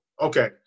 okay